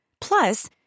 Plus